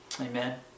Amen